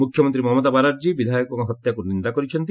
ମୁଖ୍ୟମନ୍ତ୍ରୀ ମମତା ବାନାର୍ଜୀ ବିଦାୟକଙ୍କ ହତ୍ୟାକୁ ନିନ୍ଦା କରିଛନ୍ତି